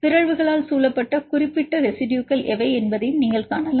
பிறழ்வுகளால் சூழப்பட்ட குறிப்பிட்ட ரெசிடுயுகள் எவை என்பதை நீங்கள் காணலாம்